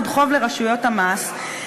עוד חוב לרשויות המס.